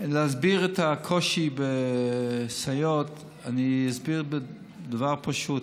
כדי להסביר את הקושי בסייעות אני אסביר בדבר פשוט.